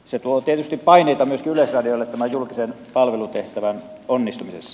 se tuo tietysti paineita myöskin yleisradiolle tämän julkisen palvelutehtävän onnistumisessa